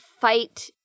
fight